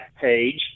page